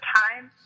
time